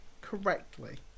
correctly